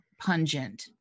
pungent